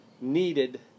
needed